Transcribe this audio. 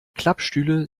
klappstühle